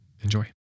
Enjoy